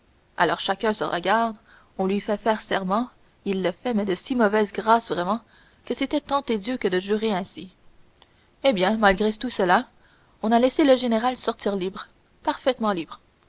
alors chacun se regarde on lui fait faire serment il le fait mais de si mauvaise grâce vraiment que c'était tenter dieu que de jurer ainsi eh bien malgré tout cela on a laissé le général sortir libre parfaitement libre